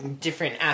Different